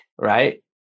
right